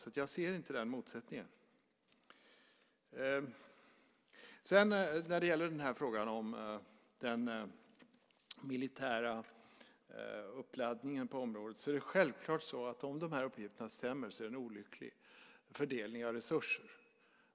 Jag ser därför inte denna motsättning. Beträffande frågan om den militära uppladdningen på området är det självklart så att om dessa uppgifter stämmer är det en olycklig fördelning av resurser.